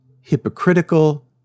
hypocritical